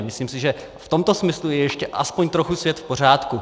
Myslím si, že v tomto smyslu je ještě aspoň trochu svět v pořádku.